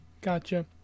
Gotcha